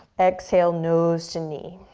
exhale, nose to knee,